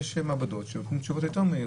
יש מעבדות שנותנות תשובות יותר מהירות.